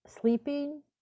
sleeping